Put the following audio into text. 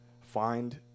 find